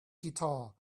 guitar